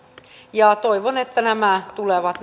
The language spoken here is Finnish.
ja toivon että nämä muutokset tulevat